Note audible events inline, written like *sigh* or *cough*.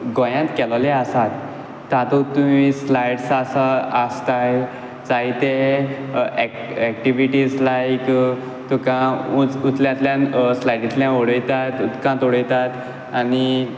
गोंयांत केलोले आसात तातूंत तूंय स्लाइड्स आसा आसताय जायते *unintelligible* एक्टिविटीज लायक तुका उंचल्यांतल्यान सलाइडिंतल्यान उडयतात उदकांत उडयतात आनी